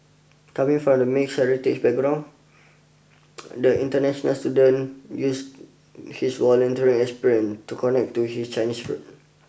coming from a mixed heritage background the international student uses his volunteering experience to connect to his Chinese roots